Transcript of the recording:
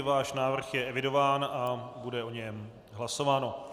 Váš návrh je evidován a bude o něm hlasováno.